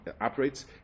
operates